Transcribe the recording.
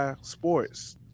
sports